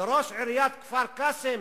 לראש עיריית כפר-קאסם